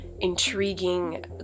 intriguing